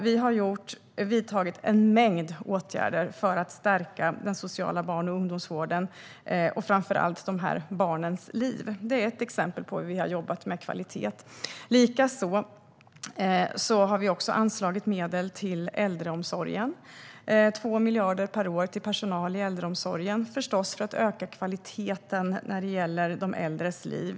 Vi har vidtagit en mängd åtgärder för att stärka den sociala barn och ungdomsvården och framför allt för att förbättra dessa barns liv. Det är ett exempel på hur vi har jobbat med kvalitet. Likaså har vi anslagit medel till äldreomsorgen, 2 miljarder per år för personal i äldreomsorgen för att öka kvaliteten på de äldres liv.